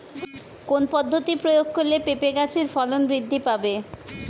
কোন পদ্ধতি প্রয়োগ করলে পেঁপে গাছের ফলন বৃদ্ধি পাবে?